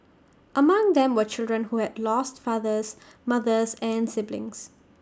among them were children who had lost fathers mothers and siblings